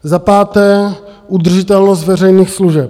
Za páté udržitelnost veřejných služeb.